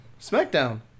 SmackDown